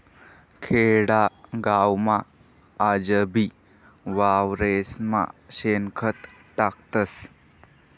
खेडागावमा आजबी वावरेस्मा शेणखत टाकतस